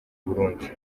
burundi